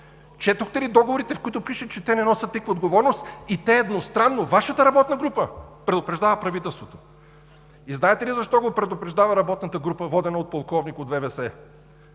Четохте ли договорите, в които пише, че те не носят никаква отговорност и те едностранно, Вашата работна група, предупреждава правителството? И знаете ли защо го предупреждава работната група, водена от полковник от ВВС?